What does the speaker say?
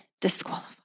disqualified